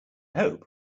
hope